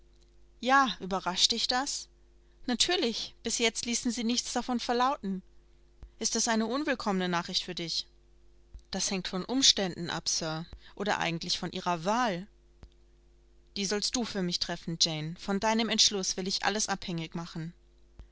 ja überrascht dich das natürlich bis jetzt ließen sie nichts davon verlauten ist es eine unwillkommene nachricht für dich das hängt von umständen ab sir oder eigentlich von ihrer wahl die sollst du für mich treffen jane von deinem entschluß will ich alles abhängig machen